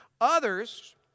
Others